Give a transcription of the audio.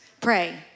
Pray